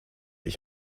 ich